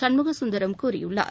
சண்முகசுந்தரம் கூறியுள்ளார்